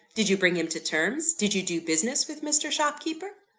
did you bring him to terms? did you do business with mr. shopkeeper?